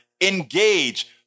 engage